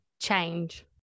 change